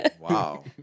wow